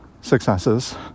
successes